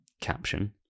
caption